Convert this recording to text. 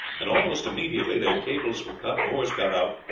and almost immediately their cables were cut, oars got out,